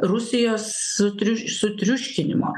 rusijos sutriu sutriuškinimo